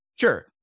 Sure